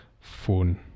phone